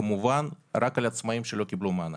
כמובן רק על עצמאים שלא קיבלו מענק?